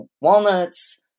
walnuts